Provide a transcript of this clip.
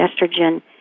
estrogen